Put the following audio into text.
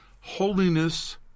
Holiness